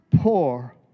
poor